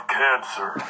cancer